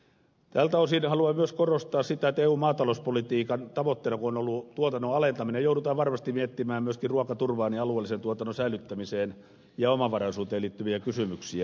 tältä osin haluan myös korostaa sitä että kun eun maatalouspolitiikan tavoitteena on ollut tuotannon alentaminen joudutaan varmasti miettimään myöskin ruokaturvaan ja alueellisen tuotannon säilyttämiseen ja omavaraisuuteen liittyviä kysymyksiä